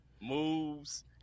moves